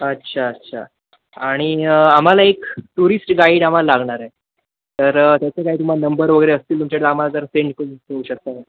अच्छा अच्छा आणि आम्हाला एक टुरिस्ट गाईड आम्हाला लागणार आहे तर त्याचं काय तुम्हाला नंबर वगैरे असतील तुमच्याकडे आम्हाला जर सेंड करून ठेवू शकता